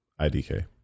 IDK